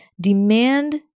demand